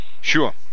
Sure